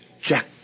Jack